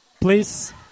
Please